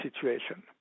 situation